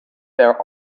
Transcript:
their